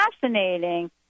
fascinating